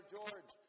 George